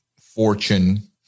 fortune